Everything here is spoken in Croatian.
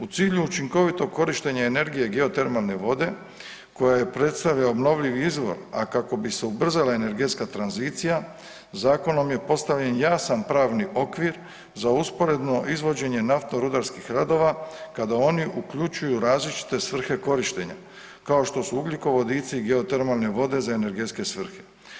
U cilju učinkovitog korištenja energije geotermalne vode koja predstavlja obnovljivi izvor a kako bi se ubrzala energetska tranzicija, zakonom je postavljen jasan pravni okvir za usporedno izvođenje naftno-rudarskih radova kada oni uključuju različite svrhe korištenja, kao što su ugljikovodici, geotermalne vode za energetske svrhe.